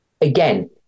Again